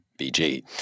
BG